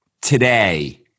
today